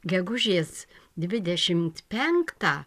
gegužės dvidešimt penktą